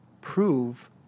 prove